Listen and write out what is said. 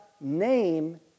name